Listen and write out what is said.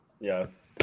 yes